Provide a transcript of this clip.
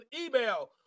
email